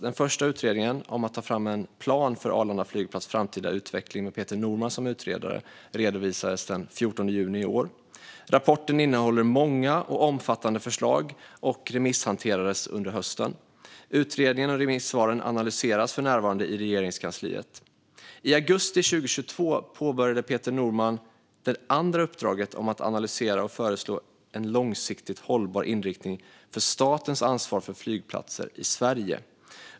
Den första utredningen, om att ta fram en plan för Arlanda flygplats framtida utveckling med Peter Norman som utredare, redovisades den 14 juni i år. Rapporten innehåller många och omfattande förslag och remisshanterades under hösten. Utredningen och remissvaren analyseras för närvarande i Regeringskansliet. I augusti 2022 påbörjade Peter Norman det andra uppdraget att analysera och föreslå en långsiktigt hållbar inriktning för statens ansvar för flygplatser i Sverige.